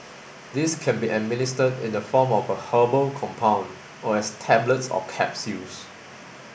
these can be administered in the form of a herbal compound or as tablets or capsules